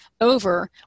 over